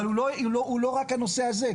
אבל הוא לא רק הנושא הזה,